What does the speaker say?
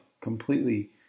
completely